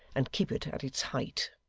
and keep it at its height.